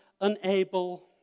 unable